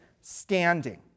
standing